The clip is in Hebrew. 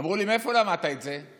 אמרו לי: מאיפה למדת את זה?